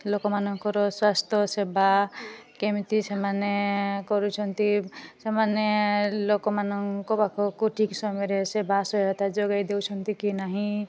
ଲୋକମାନଙ୍କର ସ୍ୱାସ୍ଥ୍ୟ ସେବା କେମିତି ସେମାନେ କରୁଛନ୍ତି ସେମାନେ ଲୋକମାନଙ୍କ ପାଖକୁ ଠିକ୍ ସମୟରେ ସେବା ସହାୟତା ଯୋଗାଇ ଦେଉଛନ୍ତି କି ନାହିଁ